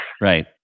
Right